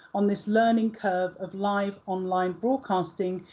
on this learning curve of live online broadcasting,